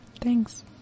Thanks